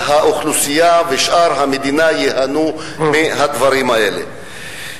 שאר האוכלוסייה ושאר המדינה ייהנו מהדברים האלה.